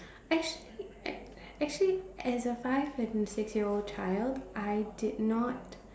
actually act~ actually as a five and six year old child I did not